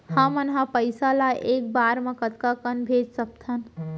हमन ह पइसा ला एक बार मा कतका कन भेज सकथन?